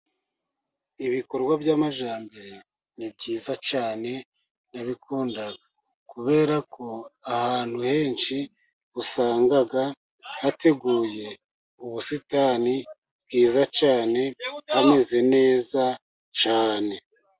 Ibikorwa by'amajyambere ni byiza cyane ndabikunda, kubera ko ahantu henshi usanga hateguye ubusitani bwiza cyane hameze neza cyane.